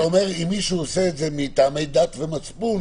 אתה אומר שאם מישהו עושה את זה מטעמי דת ומצפון,